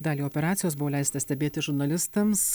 dalį operacijos buvo leista stebėti žurnalistams